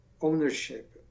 ownership